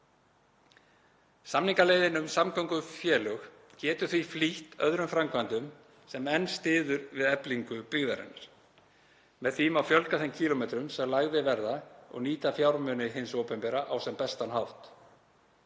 Samningaleiðin um samgöngufélög getur því flýtt öðrum framkvæmdum sem enn styður við eflingu byggðarinnar. Með því má fjölga þeim kílómetrum sem lagðir verða og nýta fjármuni hins opinbera á sem bestan hátt.